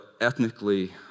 ethnically